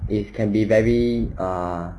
it can be very ah